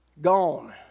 Gone